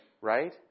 right